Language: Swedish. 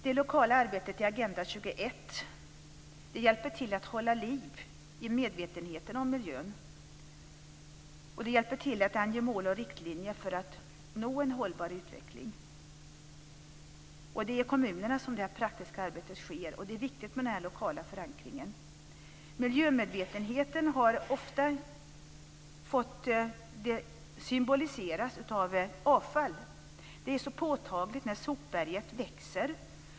Det lokala arbetet i Agenda 21 hjälper till att hålla liv i medvetenheten om miljön. Det hjälper också till att ange mål och riktlinjer för att nå en hållbar utveckling. Det är i kommunerna som det praktiska arbetet sker, och det är viktigt med en lokal förankring. Miljömedvetenheten symboliseras ofta av avfall. Det är så påtagligt när sopberget växer.